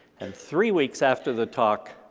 and three weeks after the talk,